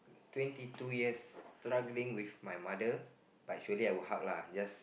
twenty two years struggling with my mother but actually I will hug lah just